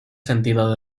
sentido